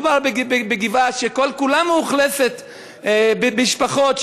מדובר בגבעה שכל-כולה מאוכלסת במשפחות,